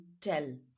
tell